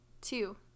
two